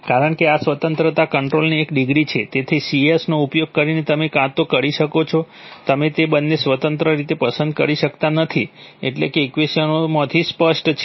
કારણ કે આ સ્વતંત્રતા કંટ્રોલરની એક ડિગ્રી છે તેથી C નો ઉપયોગ કરીને તમે કાં તો કરી શકો છો તમે તે બંનેને સ્વતંત્ર રીતે પસંદ કરી શકતા નથી એટલે કે ઇક્વેશનોમાંથી સ્પષ્ટ છે